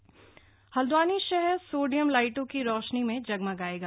sodium light Haldwani शहर sodium लाइटों की रोशनी में जगमगायेगा